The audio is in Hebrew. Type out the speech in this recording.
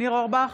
ניר אורבך,